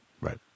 Right